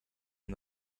and